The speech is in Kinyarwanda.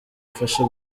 ifasha